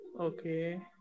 okay